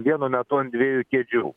vienu metu ant dviejų kėdžių